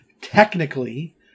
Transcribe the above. Technically